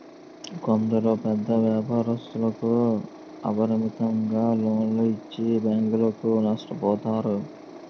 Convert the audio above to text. కొందరు పెద్ద వ్యాపారస్తులకు అపరిమితంగా లోన్లు ఇచ్చి బ్యాంకులు నష్టపోతాయి